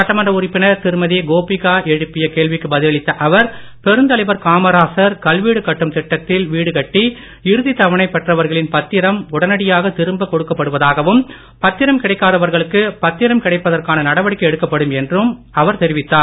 சட்டமன்ற உறுப்பினர் திருமதி கோபிகா எழுப்பிய கேள்விக்கு பதிலளித்த அவர் பெருந்தலைவர் காமராஜர் கல்வீடு கட்டும் திட்டத்தில் வீடு கட்டி இறுதி தவணை பெற்றவர்களின் பத்திரம் திரும்பக் உடனடியாக பத்திரம் கிடைக்காதவர்களுக்கு பத்திரம் கிடைப்பதற்கான நடவடிக்கை எடுக்கப்படும் என்றும் மேலும் தெரிவித்தார்